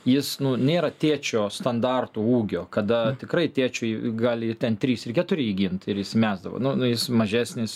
jis nu nėra tėčio standartų ūgio kada tikrai tėčiui gali ten trys ir keturi jį gint ir jis įsimesdavo nu nu jis mažesnis